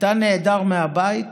כשאתה נעדר מהבית